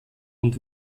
und